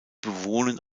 bewohnen